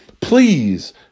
please